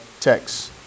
text